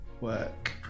work